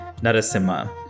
Narasimha